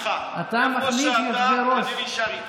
הקורונה מתחילה להתפשט, צריך להסתכל קדימה.